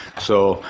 so,